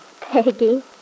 Peggy